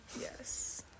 yes